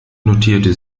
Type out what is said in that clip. notierte